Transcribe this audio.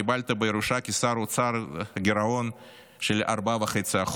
קיבלת בירושה כשר האוצר גירעון של 4.5%,